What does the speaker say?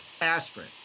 Aspirin